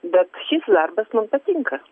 bet šis darbas man patinka